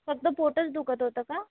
फक्त पोटच दुखत होतं का